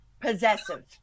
possessive